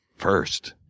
first.